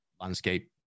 landscape